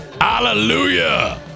hallelujah